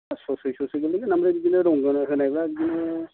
पास्स' सयस'सो गोलैगोन ओमफ्राय बिदिनो रं होनायबा बिदिनो